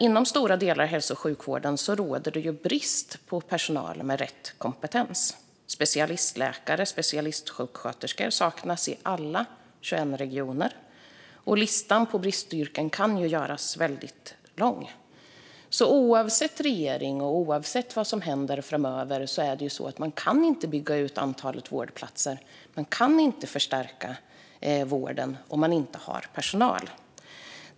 Inom stora delar av hälso och sjukvården råder det brist på personal med rätt kompetens. Specialistläkare och specialistsjuksköterskor saknas i alla de 21 regionerna, och listan på bristyrken kan göras väldigt lång. Oavsett regering och oavsett vad som händer framöver är det så att man inte kan bygga ut antalet vårdplatser eller förstärka vården om man inte har personal.